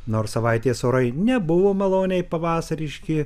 nors savaitės orai nebuvo maloniai pavasariški